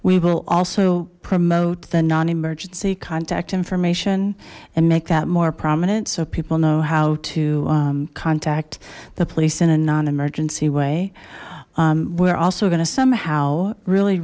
we will also promote the non emergency contact information and make that more prominent so people know how to contact the police in a non emergency way we're also going to somehow really